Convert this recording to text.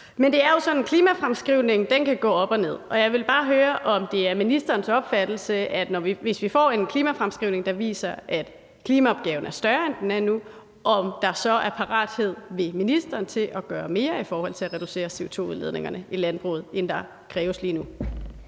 Men det er jo sådan, at klimafremskrivningen kan gå op og ned, og jeg vil bare høre, om der, hvis vi får en klimafremskrivning, der viser, at klimaopgaven er større, end den er nu, så er parathed hos ministeren til at gøre mere i forhold til at reducere CO2-udledningerne i landbruget, end der kræves lige nu.